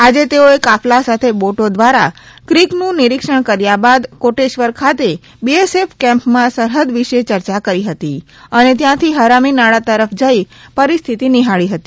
આજે તેઓએ કાફલા સાથે બોટો દ્વારા ક્રીકોનું નિરીક્ષણ કર્યા બાદ કોટેશ્વર ખાતે બીએસએફ કેમ્પમાં સરહદ વિશે ચર્ચા કરિ હતી અને ત્યાંથી હરામીનાળા તરફ જઇ પરીસ્થિતિ નિહાળી હતી